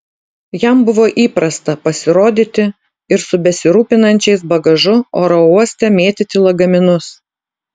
jam buvo įprasta pasirodyti ir su besirūpinančiais bagažu oro uoste mėtyti lagaminus